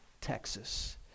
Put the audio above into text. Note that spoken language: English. Texas